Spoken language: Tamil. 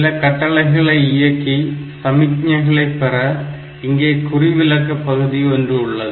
சில கட்டளைகளை இயக்கி சமிக்ஞைகளை பெற இங்கே குறிவிலக்க பகுதி ஓன்று உள்ளது